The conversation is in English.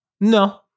No